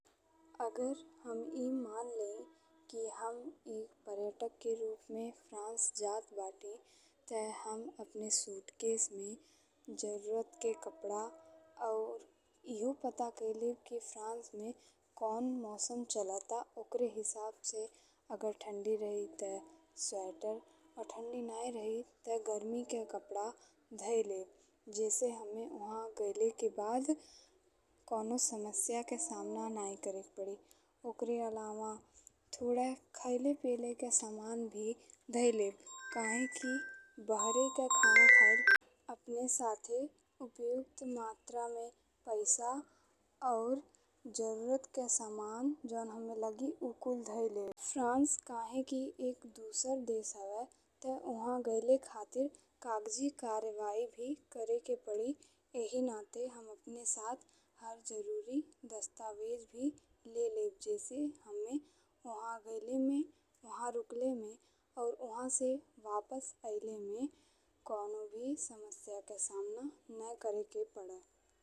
अगर हम ए मन लेई कि हम एक पर्यटक के रूप में फ्रांस जात बानी ते हम अपने सूटकेस में जरूरत के कपड़ा अउर एहो पता कइ लेब कि फ्रांस में कौन मौसम चलत बा ओकरा हिसाब से अगर ठंडी रही ते स्वेटर अउर ठंडी नाहीं रही ते गरमी के कपड़ा धई लेब। जइसे हम्मे ओहां गइल के बाद कऊनो समस्या के सामना नाहीं करे के पड़ी। ओकरा अलावा थोड़े खाए-पिए के सामान भी धई लेब। काहे कि बाहर के खाना खाइल अपने साथे उपयुक्त मात्रा में पैसा अउर जरूरत के सामान जौन हम्मे लागी उ कुल धई लेब। फ्रांस काहेकि एक दुसर देश हवे ते ओहां गइल खातीर कागजी कार्यवाही भी करेके पड़ी। एही नाते हम अपने साथ हर जरूरी दस्तावेज भी ले लेब जइसे हममे ओहां गइल में, ओहां रुकल में अउर उहां से वापसी आइल में कऊनो भी समस्या के सामना ने करी के पड़े।